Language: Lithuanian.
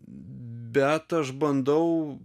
bet aš bandau